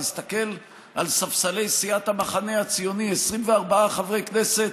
תסתכל על ספסלי סיעת המחנה הציוני: 24 חברי כנסת